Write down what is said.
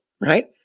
right